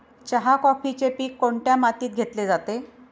चहा, कॉफीचे पीक कोणत्या मातीत घेतले जाते?